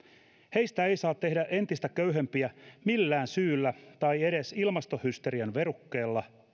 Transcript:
heistä ei saa tehdä entistä köyhempiä millään syyllä tai edes ilmastohysterian verukkeella